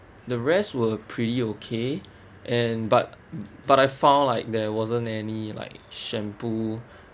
the rest were pretty okay and but but I found like there wasn't any like shampoo